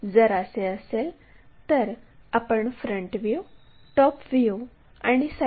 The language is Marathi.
जर असे असेल तर आपण फ्रंट व्ह्यू टॉप व्ह्यू आणि साईड व्ह्यू काढू शकतो